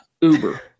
Uber